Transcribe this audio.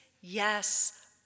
yes